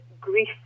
grief